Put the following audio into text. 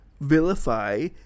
vilify